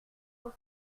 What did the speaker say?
pour